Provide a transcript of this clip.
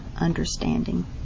understanding